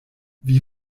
wie